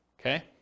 Okay